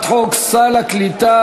42 מתנגדים,